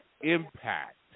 impact